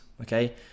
okay